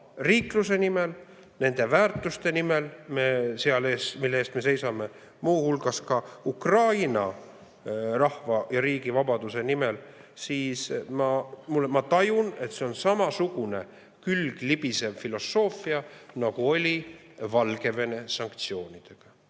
riikluse nimel, nende väärtuste nimel, mille eest me seisame, muu hulgas Ukraina rahva ja riigi vabaduse nimel, siis ma tajun, et see on samasugune külglibisev filosoofia, nagu oli Valgevene sanktsioonidega.